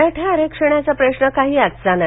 मराठा आरक्षणाचा प्रश्न काही आजचा नाही